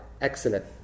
Excellent